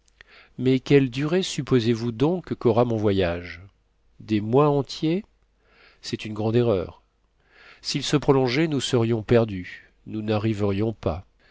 mais quelle durée supposez-vous donc qu'aura mon voyage des mois entiers c'est une grande erreur s'il se prolongeait nous serions perdus nous n'arriverions pas